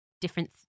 different